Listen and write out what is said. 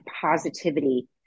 positivity